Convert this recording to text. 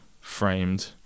framed